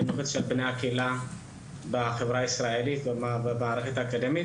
הקהילה בחברה הישראלית ובמערכת האקדמית,